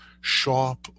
sharp